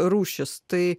rūšis tai